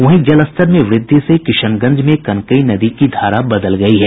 वहीं जलस्तर में वृद्धि से किशनगंज में कनकई नदी की धारा बदल गई है